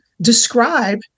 describe